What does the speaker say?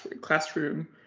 classroom